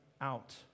out